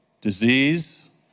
disease